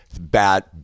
bad